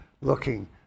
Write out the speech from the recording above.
looking